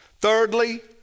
Thirdly